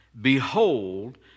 behold